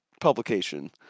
publication